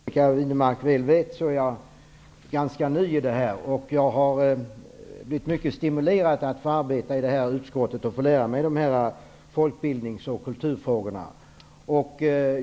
Herr talman! Som Monica Widnemark väl vet är jag ganska ny här. Jag har blivit mycket stimulerad av att arbeta i utskottet och få lära mig folkbildnings och kulturfrågorna.